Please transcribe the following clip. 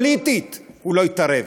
פוליטית הוא לא יתערב,